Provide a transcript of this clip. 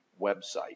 website